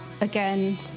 again